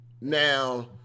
Now